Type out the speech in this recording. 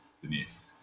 beneath